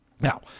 Now